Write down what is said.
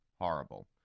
horrible